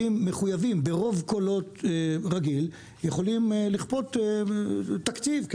וברוב קולות רגיל אנשים יכולים לכפות תקציב.